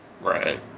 Right